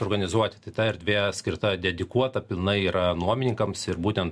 organizuoti tai ta erdvė skirta dedikuota pilnai yra nuomininkams ir būten